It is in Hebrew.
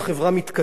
חופשית,